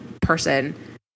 person